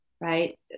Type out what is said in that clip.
right